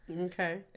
Okay